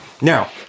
Now